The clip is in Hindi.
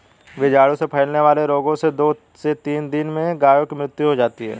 बीजाणु से फैलने वाले रोगों से दो से तीन दिन में गायों की मृत्यु हो जाती है